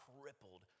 crippled